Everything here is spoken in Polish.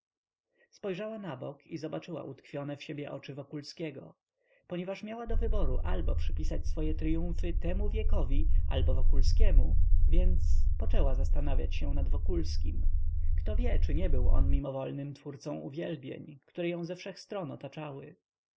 spojrzała na bok i zobaczyła utkwione w siebie oczy wokulskiego ponieważ miała do wyboru albo przypisać swoje tryumfy temu wiekowi albo wokulskiemu więc poczęła zastanawiać się nad wokulskim kto wie czy nie był on mimowolnym twórcą uwielbień które ją ze wszech stron otaczały